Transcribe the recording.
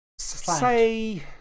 Say